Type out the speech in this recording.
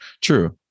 true